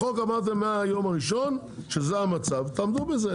החוק אמרתם מהיום הראשון שזה המצב, תעמדו בזה.